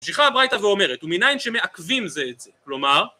ממשיכה הברייתא ואומרת ומניין שמעכבים זה את זה, כלומר